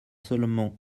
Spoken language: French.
seulement